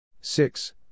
Six